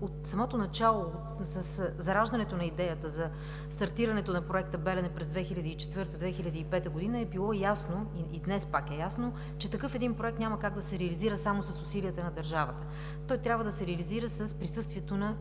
от самото начало със зараждането на идеята за стартирането на Проекта „Белене“ през 2004 – 2005 г. е било ясно и днес пак е ясно, че такъв един Проект няма как да се реализира само с усилията на държавата. Той трябва да се реализира с присъствието на